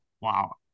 Wow